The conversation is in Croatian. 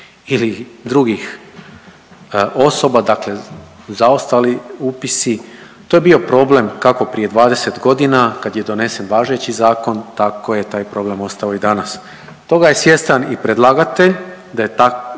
ili drugih osoba, dakle zaostali upisi. To je bio problem kako prije 20.g. kad je donesen važeći zakon tako je taj problem ostao i danas. Toga je svjestan i predlagatelj da je ta,